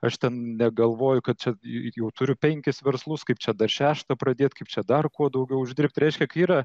aš ten negalvoju kad čia jau turiu penkis verslus kaip čia dar šeštą pradėt kaip čia dar kuo daugiau uždirbt reiškia kai yra